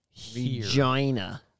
Vagina